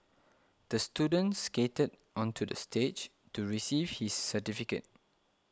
the student skated onto the stage to receive his certificate